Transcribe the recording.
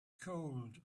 cold